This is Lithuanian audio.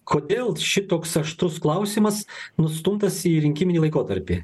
kodėl šitoks aštrus klausimas nustumtas į rinkiminį laikotarpį